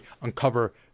uncover